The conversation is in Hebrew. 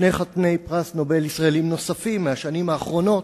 שני חתני פרס נובל ישראלים נוספים מהשנים האחרונות,